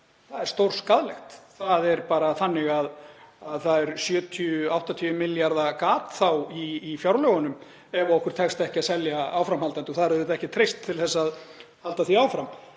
það er stórskaðlegt. Það er bara þannig að það eru 70–80 milljarða gat í fjárlögunum ef okkur tekst ekki að selja í framhaldinu og það er auðvitað ekki traust til að halda því áfram.